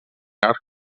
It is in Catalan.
arc